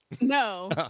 No